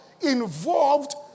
involved